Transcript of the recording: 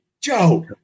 Joe